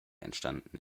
entstanden